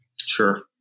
Sure